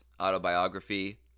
autobiography